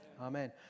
Amen